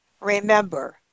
remember